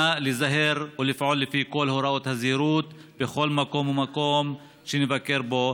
נא להיזהר ולפעול לפי כל הוראות הזהירות בכל מקום ומקום שנבקר בו,